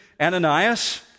Ananias